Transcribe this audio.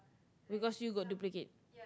because you got duplicate